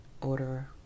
order